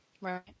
Right